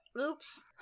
Oops